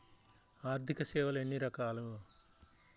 ఆర్థిక సేవలు ఎన్ని రకాలు?